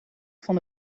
van